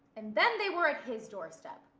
and then they were at his doorstep.